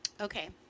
Okay